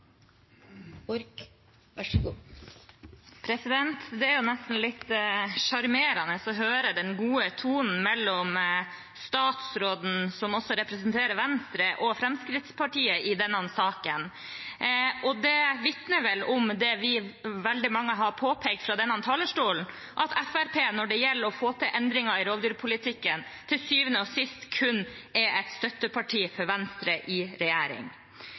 nesten litt sjarmerende å høre den gode tonen mellom statsråden, som også representerer Venstre, og Fremskrittspartiet i denne saken. Det vitner vel om det veldig mange har påpekt fra denne talerstolen, at Fremskrittspartiet, når det gjelder å få til endringer i rovdyrpolitikken, til syvende og sist kun er et støtteparti for Venstre i regjering.